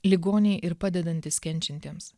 ligoniai ir padedantys kenčiantiems